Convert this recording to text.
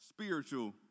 spiritual